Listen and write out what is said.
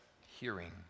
hearing